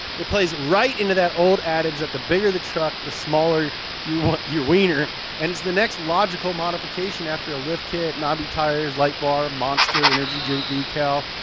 it plays right into that old adage that the bigger the truck, the smaller your wa, your wiener and it's the next logical modification after a lift kit, knobby tires, light bar, monster energy drink decal.